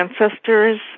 ancestors